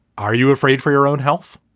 are you afraid for your own health?